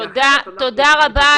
תפתחו.